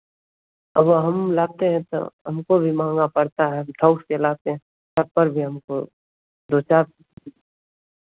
अब हम लाते हैं तो हमको भी महँगा पड़ता है हम थोक पर लाते हैं तब पर भी हमको दो चार